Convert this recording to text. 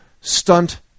stunt